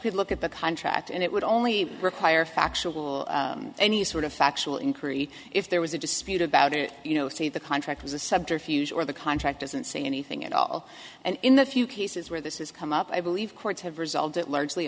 could look at the contract and it would only require factual any sort of factual inquiry if there was a dispute about it you know say the contract was a subterfuge or the contract doesn't say anything at all and in the few cases where this is come up i believe courts have resolved it largely